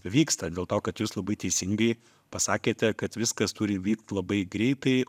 vyksta dėl to kad jūs labai teisingai pasakėte kad viskas turi vykt labai greitai